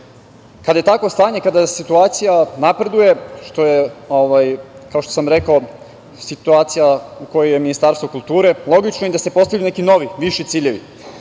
je takvo stanje, kada situacija napreduje, kao što sam rekao, situacija u kojoj je Ministarstvo kulture, logično je da se postavljaju neki novi, viši ciljevi.